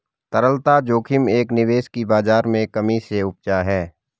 तरलता जोखिम एक निवेश की बाज़ार में कमी से उपजा है